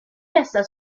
hasta